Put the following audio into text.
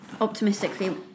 optimistically